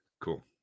Cool